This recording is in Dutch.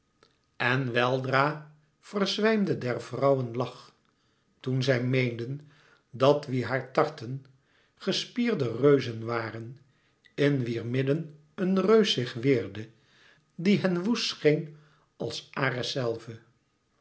en weldra verzwijmde der vrouwen lach toen zij meenden dat wie haar tartten gespierde reuzen waren in wier midden een reus zich weerde die hen woest scheen als